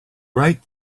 right